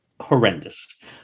horrendous